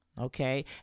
Okay